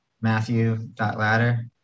matthew.ladder